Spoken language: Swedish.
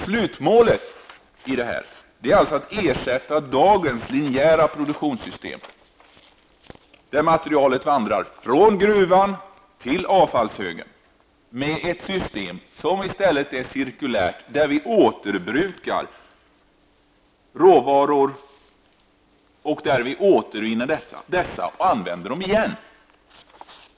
Slutmålet är att ersätta dagens linjära produktionssystem, där materialet tas från gruvan till avfallshögen, med ett system som i stället är cirkulärt och där vi återbrukar råvaror och använder dessa igen.